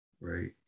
right